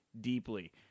deeply